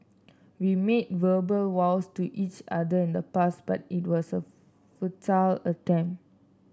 we made verbal vows to each other in the past but it was a futile attempt